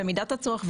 במידת הצורך,